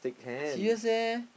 serious eh